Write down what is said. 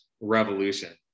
revolution